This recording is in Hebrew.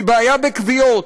והיא בעיה בקביעוֹת,